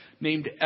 named